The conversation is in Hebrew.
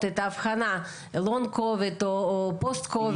את האבחנה של לונג קוביד או פוסט קוביד.